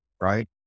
right